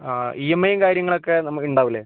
ആ E M ഐയും കാര്യങ്ങളൊക്കെ നമുക്ക് ഉണ്ടാവില്ലേ